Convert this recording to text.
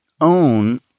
own